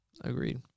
Agreed